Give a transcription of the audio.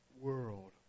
world